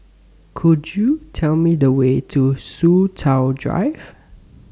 Could YOU Tell Me The Way to Soo Chow Drive